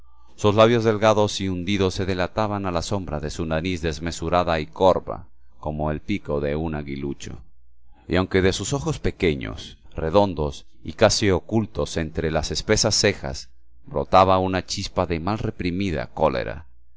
sus labios delgados y hundidos se dilataban a la sombra de su nariz desmesurada y corva como el pico de un aguilucho y aunque de sus ojos pequeños redondos y casi ocultos entre las espesas cejas brotaba una chispa de mal reprimida cólera